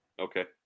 Okay